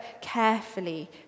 carefully